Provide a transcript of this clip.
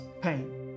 pain